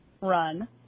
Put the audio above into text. run